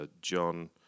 John